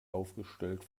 aufgestellt